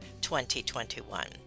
2021